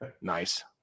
Nice